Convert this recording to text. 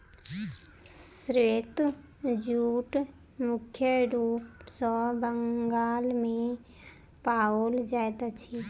श्वेत जूट मुख्य रूप सॅ बंगाल मे पाओल जाइत अछि